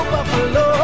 Buffalo